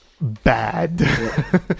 bad